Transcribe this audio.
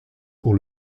pour